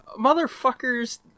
Motherfuckers